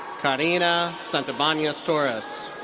karina santibanez-torres.